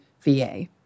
VA